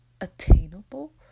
attainable